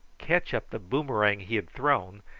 catch up the boomerang he had thrown,